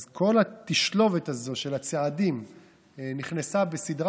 אז כל התשלובת הזאת של הצעדים נכנסה בסדרה